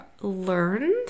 learned